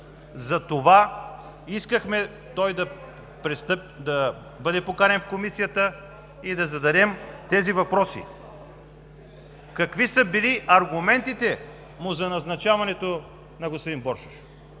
Затова искахме той да бъде поканен в Комисията и да му зададем тези въпроси: Какви са били аргументите му за назначаването на господин Боршош?